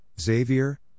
Xavier